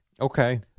Okay